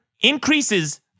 increases